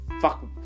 Fuck